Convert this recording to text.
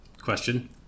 question